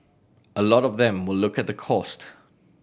a lot of them will look at the cost